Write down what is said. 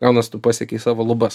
gaunas tu pasiekei savo lubas